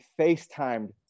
FaceTimed